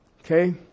Okay